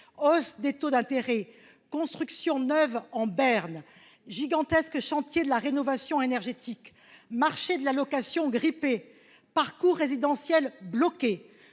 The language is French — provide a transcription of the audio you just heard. hausse des taux d'intérêt constructions neuves en berne gigantesque chantier de la rénovation énergétique. Marché de la location grippé parcours résidentiel bloqué